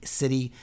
city